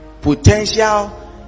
potential